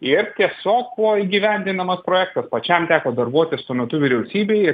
ir tiesiog kuo įgyvendinamas projektas pačiam teko darbuotis tuo metu vyriausybėj